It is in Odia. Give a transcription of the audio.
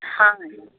ହଁ